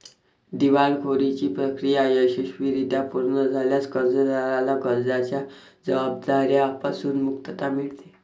दिवाळखोरीची प्रक्रिया यशस्वीरित्या पूर्ण झाल्यास कर्जदाराला कर्जाच्या जबाबदार्या पासून मुक्तता मिळते